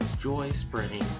joy-spreading